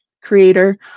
Creator